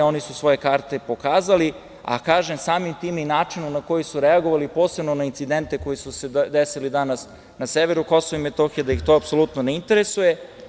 Oni su svoje karte pokazali, a kažem samim tim i načinom na koji su reagovali posebno na incidente koji su se desili danas na severu Kosova i Metohije, da ih to apsolutno ne interesuje.